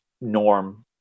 norm